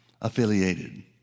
affiliated